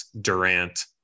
Durant